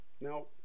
now